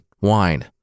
wine